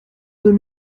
deux